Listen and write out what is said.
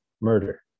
murder